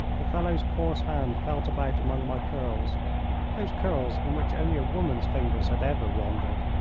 the fellow's coarse hand felt about among my curls those curls in which only a woman's fingers had ever wandered.